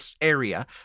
area